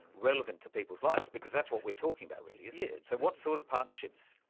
relevant to people's lives, because that's what we're talking about really. so what sort of partnerships?